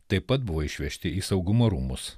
taip pat buvo išvežti į saugumo rūmus